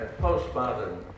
postmodern